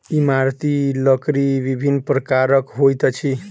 इमारती लकड़ी विभिन्न प्रकारक होइत अछि